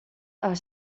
are